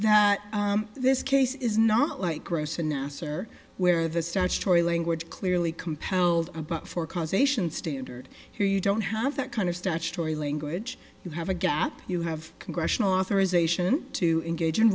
that this case is not like gross announcer where the statutory language clearly compelled about four causation standard here you don't have that kind of statutory language you have a gap you have congressional authorization to engage in